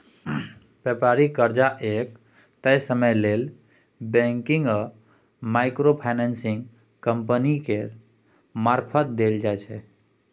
बेपारिक कर्जा एक तय समय लेल बैंक आ माइक्रो फाइनेंसिंग कंपनी केर मारफत देल जाइ छै